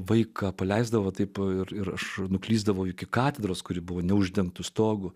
vaiką paleisdavo taip ir aš nuklysdavau iki katedros kuri buvo neuždengtu stogu